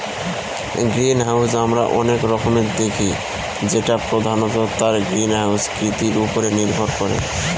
greenhouse আমরা অনেক রকমের দেখি যেটা প্রধানত তার গ্রিনহাউস কৃতির উপরে নির্ভর করে